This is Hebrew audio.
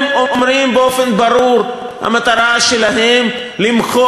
הם אומרים באופן ברור: המטרה שלהם למחוק